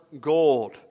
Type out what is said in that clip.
gold